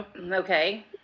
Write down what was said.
Okay